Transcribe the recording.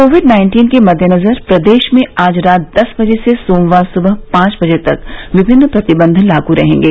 Covid nineteen के मद्देनजर प्रदेश में आज रात दस बजे से सोमवार सुबह पांच बजे तक विभिन्न प्रतिबंध लागू रहेंगे